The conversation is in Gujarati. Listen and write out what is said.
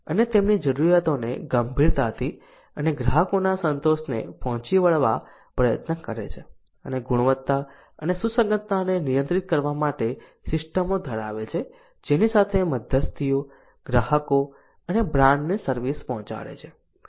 અને તેમની જરૂરિયાતોને ગંભીરતાથી અને ગ્રાહકોના સંતોષને પહોંચી વળવા પ્રયત્ન કરે છે અને ગુણવત્તા અને સુસંગતતાને નિયંત્રિત કરવા માટે સિસ્ટમો ધરાવે છે જેની સાથે મધ્યસ્થીઓ ગ્રાહકો અને બ્રાન્ડને સર્વિસ પહોંચાડે છે